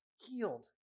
healed